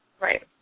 Right